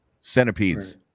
Centipedes